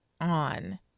on